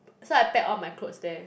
so I pack all my clothes there